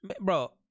Bro